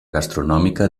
gastronòmica